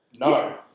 No